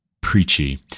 preachy